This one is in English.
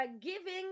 giving